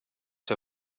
der